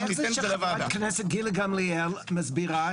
איך זה שחברת הכנסת גילה גמליאל מסבירה,